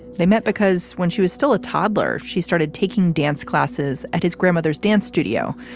they met because when she was still a toddler, she started taking dance classes at his grandmother's dance studio.